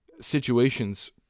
situations